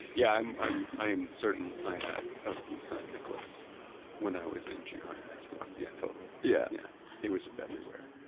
yeah i am certain i had a peace sign necklace when i was in junior high or high school. yeah, totally. yeah yeah it was just everywhere.